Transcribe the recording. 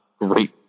great